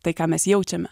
tai ką mes jaučiame